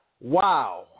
Wow